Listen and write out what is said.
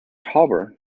culver